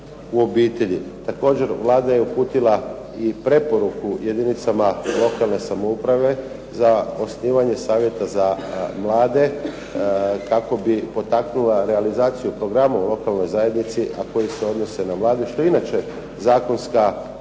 u obitelji. Također Vlada je uputila i preporuku jedinicama lokalne samouprave za osnivanje Savjeta za mlade, kako bi potaknula realizaciju programa u lokalnoj zajednici, a koji se odnose na mlade, što je inače zakonska